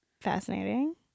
Fascinating